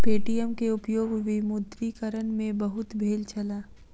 Paytm के उपयोग विमुद्रीकरण में बहुत भेल छल